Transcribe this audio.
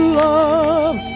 love